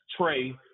Trey